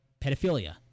Pedophilia